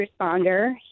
responder